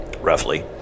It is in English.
roughly